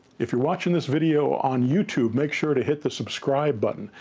if you're watching this video on youtube make sure to hit the subscribe button.